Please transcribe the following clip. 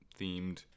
themed